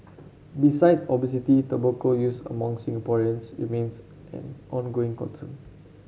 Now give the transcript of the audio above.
besides obesity tobacco use among Singaporeans remains an ongoing concern